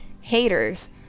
haters